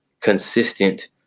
consistent